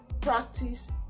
Practice